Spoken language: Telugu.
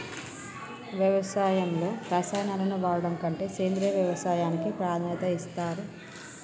వ్యవసాయంలో రసాయనాలను వాడడం కంటే సేంద్రియ వ్యవసాయానికే ప్రాధాన్యత ఇస్తరు